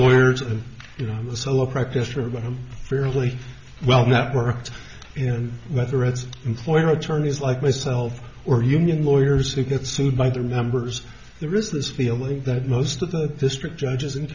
lawyers and you know the solo practice room but i'm fairly well networked in that the reds employer attorneys like myself or union lawyers who get sued by their members there is this feeling that most of the district judges in